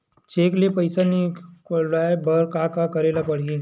Cheque ले पईसा निकलवाय बर का का करे ल पड़हि?